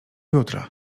jutra